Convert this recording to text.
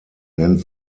nennt